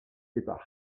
départs